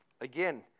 Again